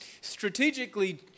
strategically